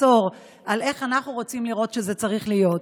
עשור על איך אנחנו רוצים לראות שזה צריך להיות.